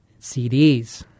CDs